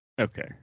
Okay